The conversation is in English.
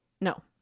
No